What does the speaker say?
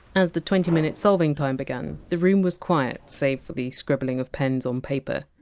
as the twenty minute solving time began, the room was quiet save for the scribbling of pens on paper.